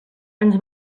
ens